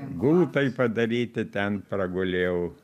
gultai padaryti ten pragulėjau